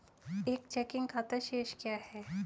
एक चेकिंग खाता शेष क्या है?